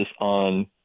on